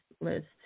list